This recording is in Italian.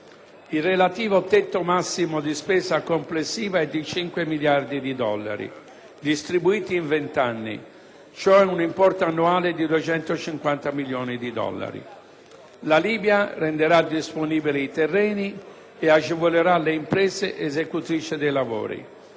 Il relativo tetto massimo di spesa complessiva è di 5 miliardi di dollari distribuiti in 20 anni, cioè un importo annuale di 250 milioni di dollari. La Libia renderà disponibili i terreni e agevolerà le imprese esecutrici dei lavori.